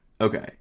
Okay